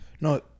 No